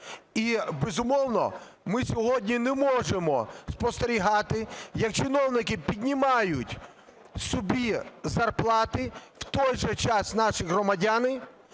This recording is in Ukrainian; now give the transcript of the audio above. І, безумовно, ми сьогодні не можемо спостерігати як чиновники піднімають собі зарплати, в той же час наші громадяни